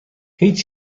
هیچ